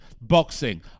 boxing